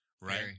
right